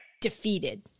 defeated